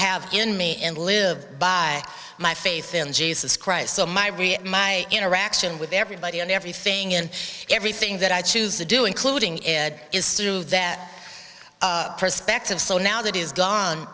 have in me and live by my faith in jesus christ so my re my interaction with everybody and everything and everything that i choose to do including it is through that perspective so now that is gone